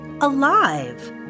alive